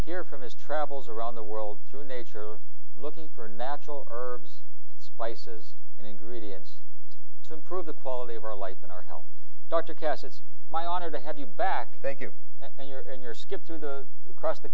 here from his travels around the world through nature looking for natural herbs spices and ingredients to improve the quality of our life and our health dr kass it's my honor to have you back thank you and your and your skip through the across the